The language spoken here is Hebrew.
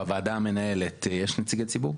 בוועדה המנהלת יש נציגי ציבור?